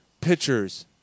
pitchers